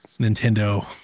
Nintendo